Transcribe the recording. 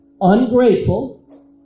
ungrateful